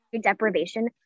deprivation